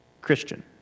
Christian